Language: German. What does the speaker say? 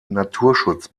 naturschutz